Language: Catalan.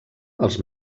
els